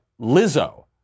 Lizzo